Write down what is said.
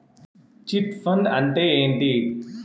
Chit fund అంటే ఏంటి?